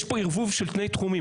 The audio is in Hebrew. יש פה ערבוב של שני תחומים,